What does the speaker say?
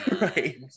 Right